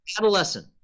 Adolescent